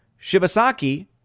Shibasaki